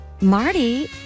Marty